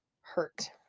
hurt